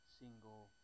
single